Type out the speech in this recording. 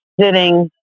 sitting